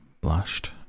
blushed